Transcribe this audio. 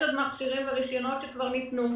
יש עוד מכשירים ורישיונות שכבר ניתנו,